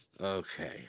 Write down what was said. Okay